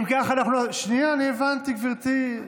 שנייה, גברתי.